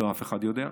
אף אחד לא יודע,